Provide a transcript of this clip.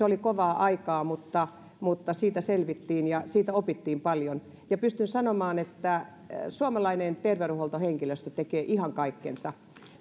oli kovaa aikaa mutta mutta siitä selvittiin ja siitä opittiin paljon ja pystyn sanomaan että suomalainen terveydenhuoltohenkilöstö tekee ihan kaikkensa